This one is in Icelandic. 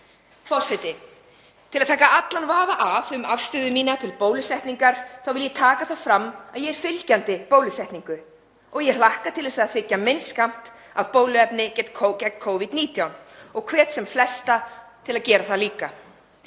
frumvarpi. Til að taka af allan vafa um afstöðu mína til bólusetningar vil ég taka það fram að ég er fylgjandi bólusetningu og ég hlakka til að þiggja minn skammt af bóluefni gegn Covid-19 og hvet sem flesta til að gera það líka.